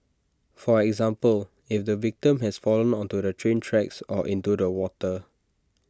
for example if the victim has fallen onto the train tracks or into the water